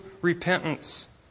repentance